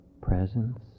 presence